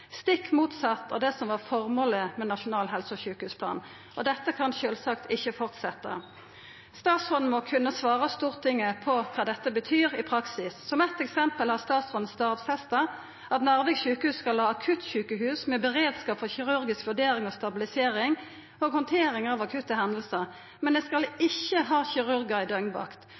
stikk motsett av det som var føremålet med Nasjonal helse- og sjukehusplan. Dette kan sjølvsagt ikkje fortsetja. Statsråden må kunna svara Stortinget på kva dette betyr i praksis. Som eitt eksempel har statsråden stadfesta at Narvik sykehus skal ha akuttsjukehus med beredskap for kirurgisk vurdering og stabilisering og handtering av akutte hendingar, men det skal ikkje ha kirurgar i døgnvakt.